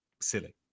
silly